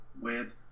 weird